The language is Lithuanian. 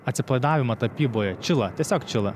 atsipalaidavimą tapyboje čilą tiesiog čilą